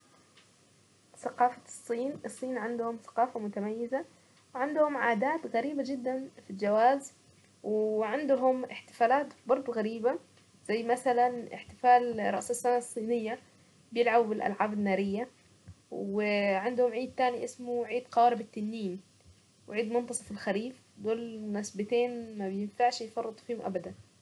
ثقافة الصين الصين عندهم ثقافة متميزة عندهم عادات غريبة جدا في الجواز وعندهم احتفالات برضو غريبة زي مثلا احتفال رأس السنة الصينية بيلعبوا بالالعاب النارية وعندهم عيد تاني اسمه عيد قوارب التنين وعيد الخريف دول مناسبتين ما بينفعش يفرطوا فيهم ابدا.